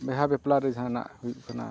ᱵᱤᱦᱟᱹ ᱵᱟᱯᱞᱟᱨᱮ ᱡᱟᱦᱟᱱᱟᱜ ᱦᱩᱭᱩᱜ ᱠᱟᱱᱟ